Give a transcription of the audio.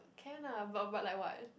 can ah but but like what